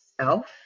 Self